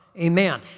Amen